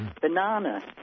banana